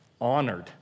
honored